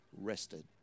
rested